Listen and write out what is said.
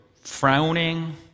frowning